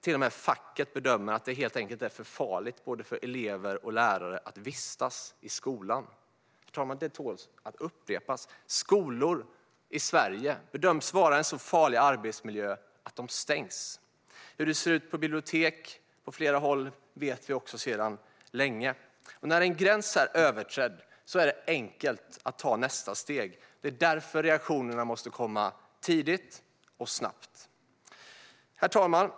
Till och med facket bedömer att det helt enkelt är för farligt för både elever och lärare att vistas i skolan. Herr talman! Det tål att upprepas: Skolor i Sverige bedöms vara en så farlig arbetsmiljö att de stängs. Hur det ser ut på bibliotek på flera håll vet vi sedan länge. När en gräns är överträdd är det enkelt att ta nästa steg. Det är därför reaktionerna måste komma tidigt och snabbt. Herr talman!